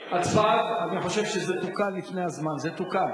אני חושב שזה תוקן לפני הזמן, זה תוקן.